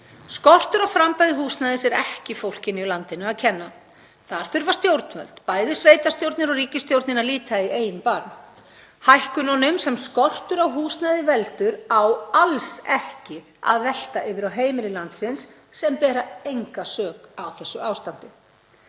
Skortur á framboði húsnæðis er ekki fólkinu í landinu að kenna. Þar þurfa stjórnvöld, bæði sveitarstjórnir og ríkisstjórnin, að líta í eigin barm. Hækkunum sem skortur á húsnæði veldur á alls ekki að velta yfir á heimili landsins sem bera enga sök á þessu ástandi.